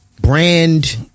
brand